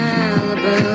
Malibu